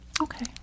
Okay